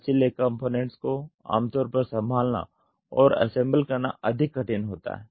लचीले कंपोनेंट्स को आमतौर पर संभालना और असेम्बल करना अधिक कठिन होता है